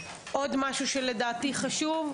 עוד משהו שלדעתי חשוב,